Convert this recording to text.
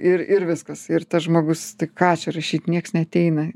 ir ir viskas ir tas žmogus tai ką čia rašyt nieks neateina